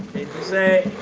it's a